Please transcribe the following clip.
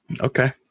Okay